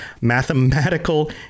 mathematical